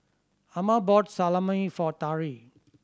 Amma bought Salami for Tari